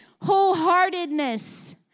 wholeheartedness